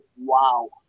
wow